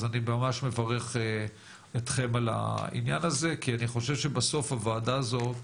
אז אני ממש מברך אתכם על העניין הזה כי אני חושב שבסוף הוועדה הזו,